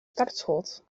startschot